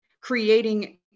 creating